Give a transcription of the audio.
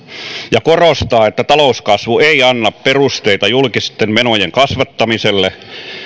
ja korostaa että talouskasvu ei anna perusteita julkisten menojen kasvattamiselle